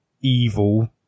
evil